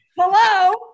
Hello